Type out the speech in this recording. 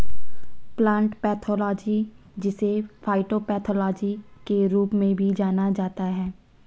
plant pathology जिसे phytopathology के रूप में भी जाना जाता है